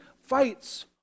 fights